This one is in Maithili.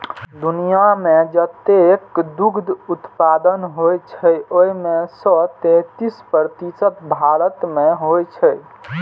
दुनिया भरि मे जतेक दुग्ध उत्पादन होइ छै, ओइ मे सं तेइस प्रतिशत भारत मे होइ छै